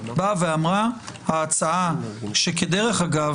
באה ואמרה: ההצעה שכדרך אגב,